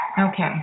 Okay